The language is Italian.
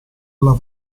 alla